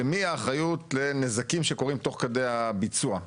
למי האחריות לנזקים שקורים תוך כדי הביצוע?